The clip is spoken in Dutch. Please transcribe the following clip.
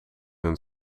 een